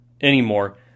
anymore